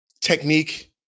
technique